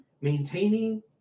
maintaining